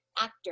actor